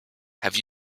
have